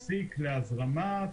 להזרמה,